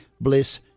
Bliss